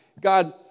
God